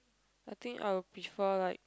I think I will prefer like